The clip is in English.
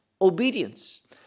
obedience